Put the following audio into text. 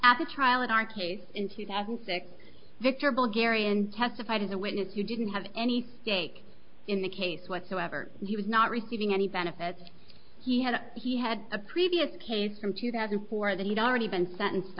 at the trial in our case in two thousand and six victor bulgarian testified as a witness you didn't have any stake in the case whatsoever he was not receiving any benefits he had he had a previous case from two thousand and four that he'd already been sentenced